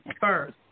first